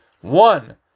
One